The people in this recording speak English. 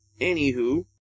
Anywho